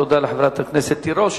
תודה לחברת הכנסת תירוש.